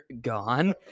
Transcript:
gone